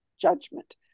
judgment